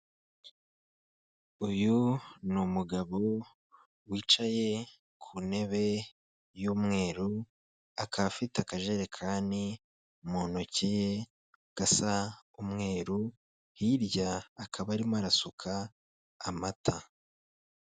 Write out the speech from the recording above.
Uyu ni umugabo wicaye ku ntebe y'umweru, akaba afite akajerekani mu ntoki gasa umweru, hirya akaba arimo arasuka amata.